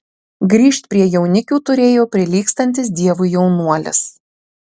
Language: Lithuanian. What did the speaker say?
grįžt prie jaunikių turėjo prilygstantis dievui jaunuolis